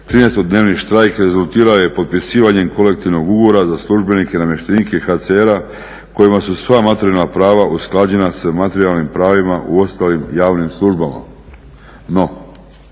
13-dnevni štrajk rezultirao je potpisivanjem kolektivnog ugovora za službenike i namještenike HCR-a kojima su sva materijalna prava usklađena sa materijalnim pravima u ostalim javnim službama.